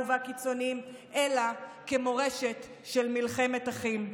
והקיצוניים אלא כמורשת של מלחמת אחים.